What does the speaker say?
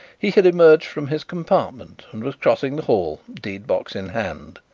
he had emerged from his compartment and was crossing the hall, deed-box in hand.